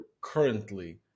currently